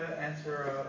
answer